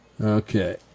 okay